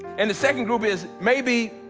and the second group is maybe,